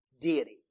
deity